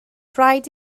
rhaid